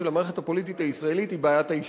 המערכת הפוליטית הישראלית היא בעיית ההשתתפות,